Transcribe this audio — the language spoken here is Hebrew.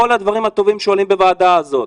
כל הדברים הטובים שעולים בוועדה הזאת,